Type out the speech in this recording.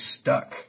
stuck